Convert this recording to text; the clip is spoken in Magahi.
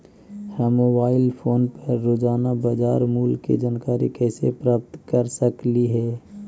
हम मोबाईल फोन पर रोजाना बाजार मूल्य के जानकारी कैसे प्राप्त कर सकली हे?